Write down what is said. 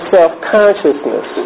Self-Consciousness